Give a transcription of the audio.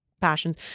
passions